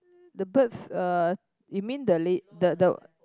the birds uh you mean the la~ the the